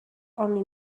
only